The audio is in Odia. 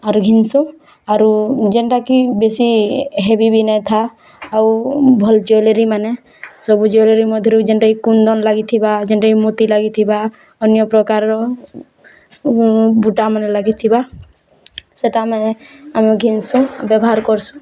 ଆରୁ ଘିନସୋ ଆରୁ ଯେଣ୍ଟାକି ବେଶୀ ହେବି ବି ନାଇ ଥା ଆଉ ଭଲ୍ ଜ୍ୟୋଲୋରୀମାନେ ସବୁ ଜ୍ୟୋଲୋରୀ ମଧ୍ୟରୁ ଯେଣ୍ଟାକି କୁନ୍ଦନ୍ ଲାଗିଥିବା ଯେଣ୍ଟାକି ମୋତି ଲାଗିଥିବା ଅନ୍ୟପ୍ରକାର ବୁଟାମମାନେ ଲାଗିଥିବା ସେଟା ଆମେ ଆମେ ଘିନସୁ ବ୍ୟବହାର୍ କର୍ସୁଁ